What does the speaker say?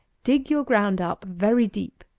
dig your ground up very deep,